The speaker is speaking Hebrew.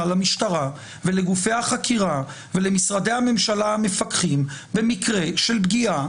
למשטרה ולגופי החקירה ולמשרדי הממשלה המפקחים במקרה של פגיעה,